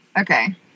Okay